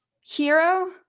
hero